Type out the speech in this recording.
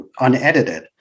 unedited